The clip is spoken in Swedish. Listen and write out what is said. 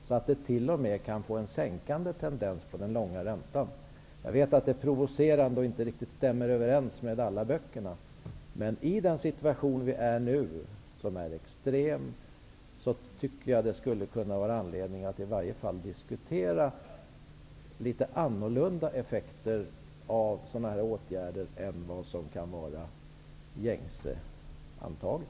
Det kan t.o.m. få en sänkande tendens på den långa räntan. Jag vet att det är provocerande och att det inte stämmer överens med det som står i alla böcker. Men i den situation som vi nu befinner oss i, som är extrem, tycker jag att det skulle kunna finnas anledning att i varje fal diskutera litet annorlunda effekter av sådana här åtgärder än vad som kan vara gängse antaget.